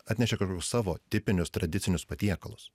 atnešė savo tipinius tradicinius patiekalus